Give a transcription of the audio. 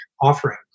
offering